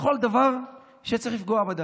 בכל דבר שצריך לפגוע בדת.